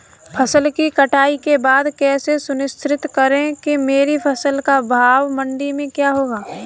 फसल की कटाई के बाद कैसे सुनिश्चित करें कि मेरी फसल का भाव मंडी में क्या होगा?